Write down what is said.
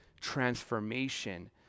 transformation